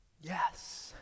Yes